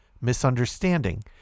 misunderstanding